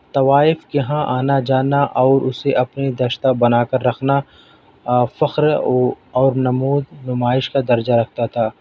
طوائف کے یہاں آنا جانا اور اسے اپنی دشتہ بنا کر رکھنا فخر اور نمود نمائش کا درجہ رکھتا تھا